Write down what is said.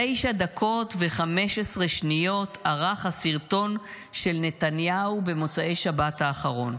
תשע דקות ו-15 שניות ארך הסרטון של נתניהו במוצאי שבת האחרון.